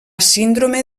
síndrome